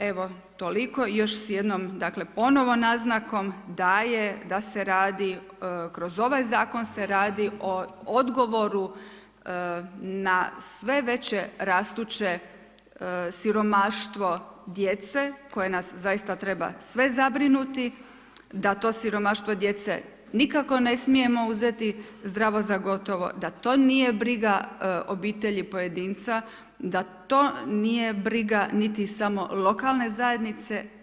Evo toliko i s još jednom ponovo naznakom, da se radi kroz ovaj zakon se radi o odgovoru na sve veće rastuće siromaštvo djece koje nas zaista treba sve zabrinuti, da to siromaštvo djece nikako ne smijemo uzeti zdravo za gotovo, da to nije briga obitelji pojedinca, da to nije briga niti samo lokalne zajednice.